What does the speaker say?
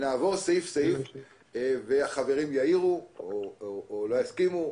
נעבור סעיף-סעיף והחברים יעירו או לא יסכימו,